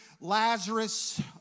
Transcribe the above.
Lazarus